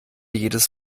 jedes